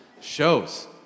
shows